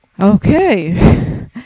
Okay